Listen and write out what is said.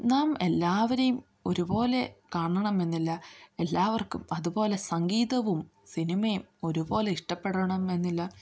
നാം എല്ലാവരെയും ഒരുപോലെ കാണണമെന്നില്ല എല്ലാവർക്കും അതുപോലെ സംഗീതവും സിനിമയും ഒരുപോലെ ഇഷ്ടപ്പെടണമെന്നില്ല